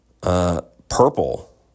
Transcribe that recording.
Purple